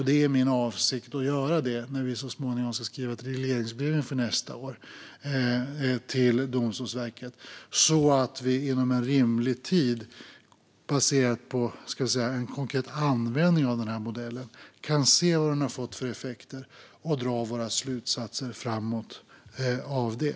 Det är min avsikt att göra det när vi så småningom ska skriva ett regleringsbrev till Domstolsverket för nästa år, så att vi inom rimlig tid och baserat på en konkret användning av modellen kan se vad den har fått för effekter och dra våra slutsatser framåt av det.